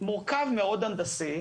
מורכב מאוד הנדסית.